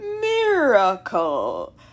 miracle